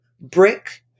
brick